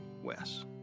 Wes